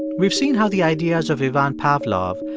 we've seen how the ideas of ivan pavlov,